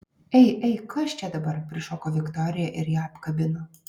ei ei kas čia dabar prišoko viktorija ir ją apkabino